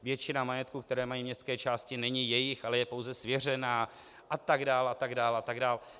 Většina majetku, které mají městské části, není jejich, ale je pouze svěřena, a tak dále a tak dále a tak dále.